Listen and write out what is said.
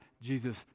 Jesus